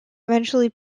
eventually